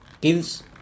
kids